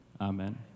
amen